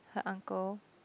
her uncle